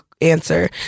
answer